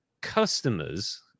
customers